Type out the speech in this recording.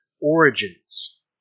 Origins